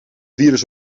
virus